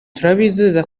turabizeza